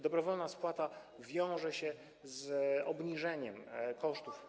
Dobrowolna spłata wiąże się z obniżeniem kosztów.